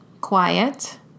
quiet